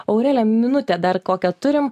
aurelija minutę dar kokią turim